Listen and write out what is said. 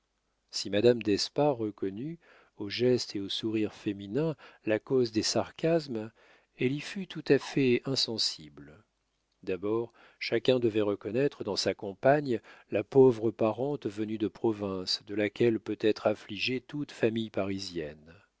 si madame d'espard reconnut aux gestes et aux sourires féminins la cause des sarcasmes elle y fut tout à fait insensible d'abord chacun devait reconnaître dans sa compagne la pauvre parente venue de province de laquelle peut être affligée toute famille parisienne